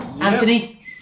Anthony